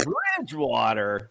Bridgewater